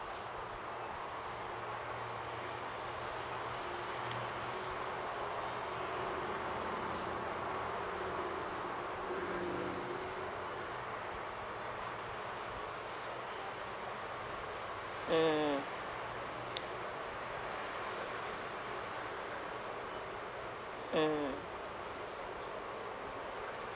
mm mm